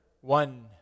one